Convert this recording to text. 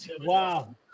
Wow